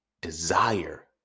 desire